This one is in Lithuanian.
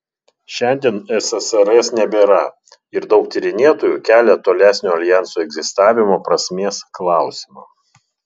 šiandien ssrs nebėra ir daug tyrinėtojų kelia tolesnio aljanso egzistavimo prasmės klausimą